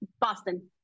boston